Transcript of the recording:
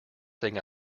thing